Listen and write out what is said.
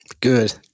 Good